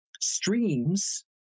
streams